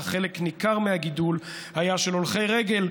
אך חלק ניכר מהגידול היה של הולכי רגל,